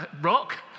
rock